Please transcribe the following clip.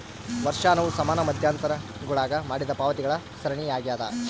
ವರ್ಷಾಶನವು ಸಮಾನ ಮಧ್ಯಂತರಗುಳಾಗ ಮಾಡಿದ ಪಾವತಿಗಳ ಸರಣಿಯಾಗ್ಯದ